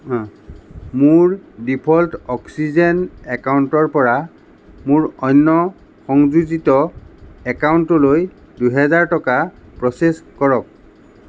মোৰ default oxygen একাউণ্টৰ পৰা মোৰ অন্য সংযোজিত একাউণ্টলৈ দুহেজাৰ টকা প্ৰ'চেছ কৰক